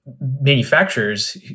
manufacturers